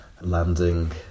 landing